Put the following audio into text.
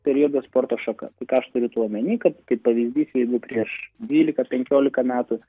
periodo sporto šaka aš turiu tą omeny kad pavyzdys jeigu prieš dvylika penkiolika metų